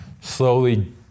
slowly